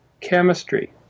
chemistry